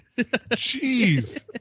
Jeez